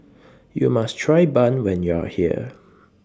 YOU must Try Bun when YOU Are here